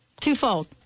Twofold